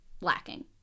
lacking